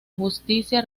justicia